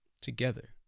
Together